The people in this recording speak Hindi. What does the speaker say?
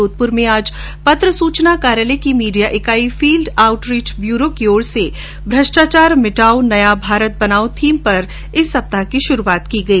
जोधपुर में आज पत्र सूचना कार्यालय की मीडिया इकाई फील्ड आउटरीच ब्यूरो की ओर से भ्रष्टाचार मिटाओ नया भारत बनाओ थीम पर इस सप्ताह की शुरूआत की गई